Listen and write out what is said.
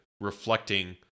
reflecting